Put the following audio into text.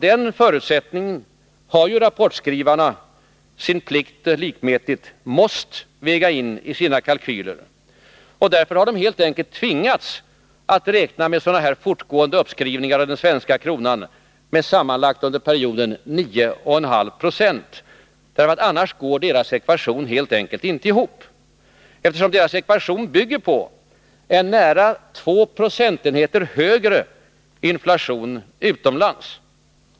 Den förutsättningen har rapportskrivarna sin plikt likmätigt måst väga in i sina kalkyler, och därför har de helt enkelt tvingats räkna med fortlöpande uppskrivningar av den svenska kronan med sammanlagt 9,5 96 under perioden. Annars går deras ekvation helt enkelt inte ihop. Den bygger ju på en nära 2 procentenheter högre inflation utomlands.